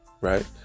right